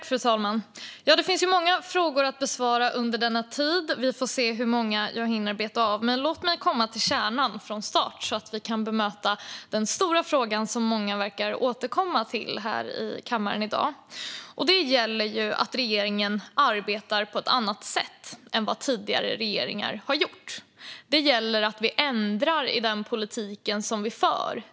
Fru talman! Det finns många frågor att besvara i detta inlägg; vi får se hur många jag hinner beta av. Låt mig dock komma till kärnan från start, så att vi kan bemöta den stora fråga som många verkar återkomma till här i kammaren i dag. Det handlar om att regeringen arbetar på ett annat sätt än vad tidigare regeringar har gjort. Det handlar om att vi ändrar i den politik som förs.